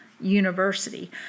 University